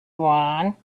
one